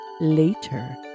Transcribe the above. later